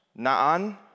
naan